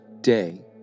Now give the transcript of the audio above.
day